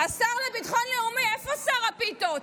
השר לביטחון לאומי, איפה שר הפיתות?